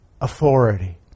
authority